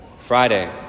Friday